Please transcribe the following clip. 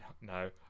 No